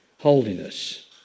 Holiness